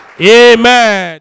Amen